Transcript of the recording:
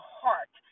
heart